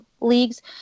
leagues